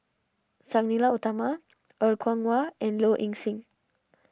Sang Nila Utama Er Kwong Wah and Low Ing Sing